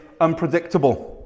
unpredictable